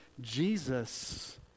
Jesus